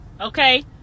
Okay